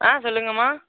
ஆ சொல்லுங்கம்மா